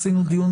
עשינו דיון